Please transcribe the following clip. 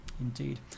Indeed